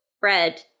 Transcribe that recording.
bread